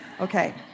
Okay